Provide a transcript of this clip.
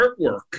artwork